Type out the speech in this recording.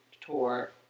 tour